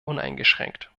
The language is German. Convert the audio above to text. uneingeschränkt